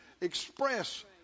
express